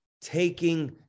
taking